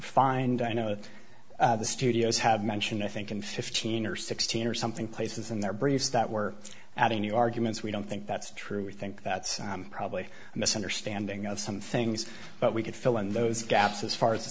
find i know that the studios have mentioned i think in fifteen or sixteen or something places in their briefs that we're adding new arguments we don't think that's true we think that's probably a misunderstanding of some things but we could fill in those gaps as far as the